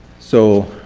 so,